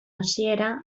hasiera